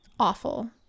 awful